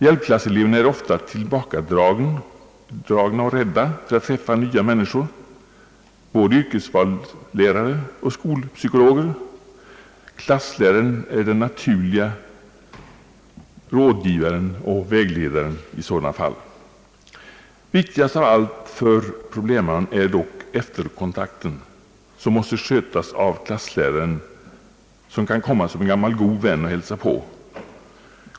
Hjälpklasseleverna är ofta tillbakadragna och rädda för att träffa nya människor, både yrkesvalslärare och skolpsykologer. Klassläraren är den naturlige rådgivaren och vägledaren i sådana fall. Viktigast av allt för problembarn är dock efterkontakten, vilka måste skötas av klassläraren, som kan komma som en gammal god vän och hälsa på.